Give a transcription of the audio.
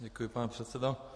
Děkuji, pane předsedo.